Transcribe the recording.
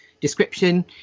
description